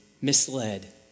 misled